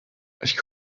ich